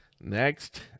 next